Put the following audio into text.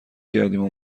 کردیم